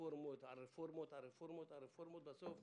רפורמות על רפורמות בסוף